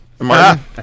Martin